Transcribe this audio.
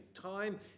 time